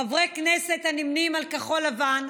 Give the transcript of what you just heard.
חברי כנסת הנמנים עם כחול לבן,